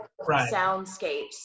soundscapes